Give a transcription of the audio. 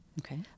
Okay